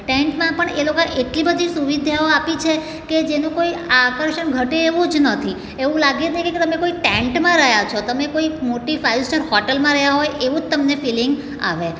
ટેન્ટમાં પણ એ લોકો એટલી બધી સુવિધાઓ આપી છે કે જેનું કોઈ આકર્ષણ ઘટે એવું જ નથી એવું લાગે જ નહીં કે તમે કોઈ ટેન્ટમાં રહ્યા છો તમે કોઈક મોટી ફાઇવ સ્ટાર હોટલમાં રહ્યા હોય એવું જ તમને ફિલિંગ આવે